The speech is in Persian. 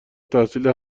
تحصیل